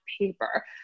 paper